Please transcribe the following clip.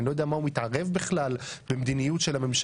לא יודע מה הוא מתערב בכלל במדיניות של הממשלה,